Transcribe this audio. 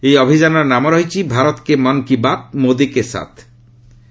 ଏହି ଅଭିଯାନର ନାମ ରହିଛି ଭାରତ କେ ମନ୍ କୀ ବାତ୍ ମୋଦି କେ ସାଥ୍